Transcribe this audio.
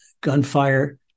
gunfire